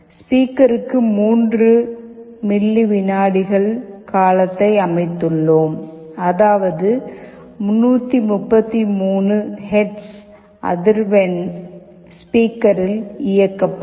ஸ்பீக்கருக்கு 3 milli வினாடிகள் காலத்தை அமைத்துள்ளோம் அதாவது 333 ஹெர்ட்ஸ் அதிர்வெண் ஸ்பீக்கரில் இயக்கப்படும்